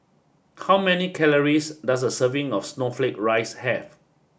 how many calories does a serving of Snowflake Ice have